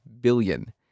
billion